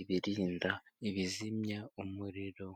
ibirinda, ibizimya umuriro.